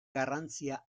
garrantzia